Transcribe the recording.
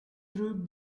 through